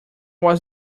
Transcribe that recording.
was